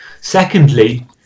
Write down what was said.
Secondly